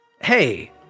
Hey